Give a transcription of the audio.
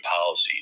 policies